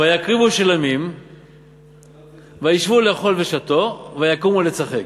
ויקריבו שלמים וישבו לאכול ושתו ויקומו לצחק.